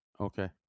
okay